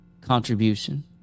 contribution